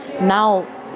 now